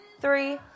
three